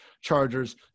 Chargers